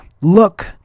Look